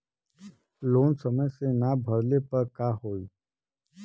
Loan समय से ना भरले पर का होयी?